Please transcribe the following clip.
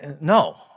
No